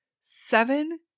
Seven